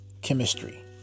Chemistry